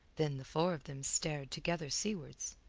then the four of them stared together seawards.